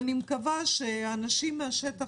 ואני מקווה שהאנשים מן השטח,